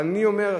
אבל אני אומר,